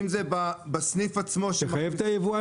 אם זה בסניף עצמו --- תחייב את היבואן